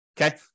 Okay